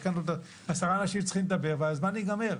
יש כאן עשרה אנשים שצריכים לדבר והזמן ייגמר.